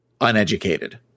uneducated